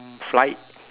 flight